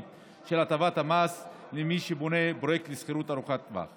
של הטבות המס למי שבונה פרויקט לשכירות ארוכת טווח.